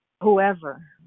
whoever